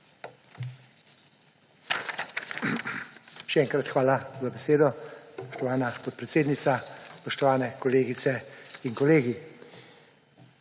Še enkrat hvala za besedo, spoštovana podpredsednica. Spoštovani kolegice in kolegi!